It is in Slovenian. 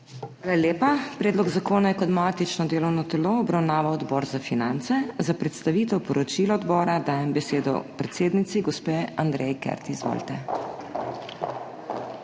Hvala lepa. Predlog zakona je kot matično delovno telo obravnaval Odbor za finance. Za predstavitev poročila odbora dajem besedo predsednici, gospe Andreji Kert. Izvolite.